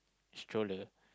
stroller